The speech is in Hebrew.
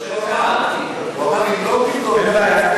הוא אמר: אם לא תבדוק, אין בעיה.